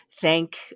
thank